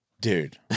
Dude